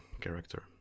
character